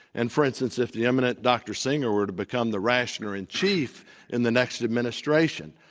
and for instance, if the eminent dr. singer were to become the rationer in chief in the next administration,